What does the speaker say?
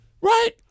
right